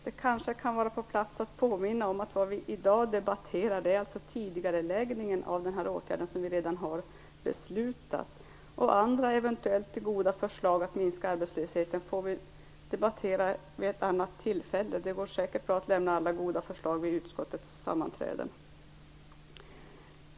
Fru talman! Det kanske kan vara på sin plats att påminna om att vi i dag debatterar tidigareläggningen av den här åtgärden, som vi redan har fattat beslut om. Andra eventuella goda förslag att minska arbetslösheten får vi debattera vid ett annat tillfälle. Det går säkert bra att lägga fram alla goda förslag vid utskottets sammanträden.